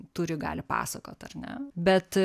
turi galią pasakot ar ne bet